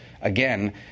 again